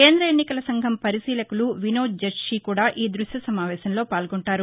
కేంద్ర ఎన్నికల సంఘం పరిశీకులు వినోద్ జట్షీ కూడా ఈ దృశ్య సమావేశంలో పాల్గొంటారు